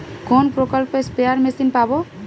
কোন প্রকল্পে spare machine পাব?